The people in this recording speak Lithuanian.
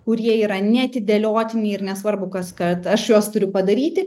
kurie yra neatidėliotini ir nesvarbu kas kad aš juos turiu padaryti